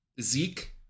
Zeke